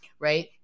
right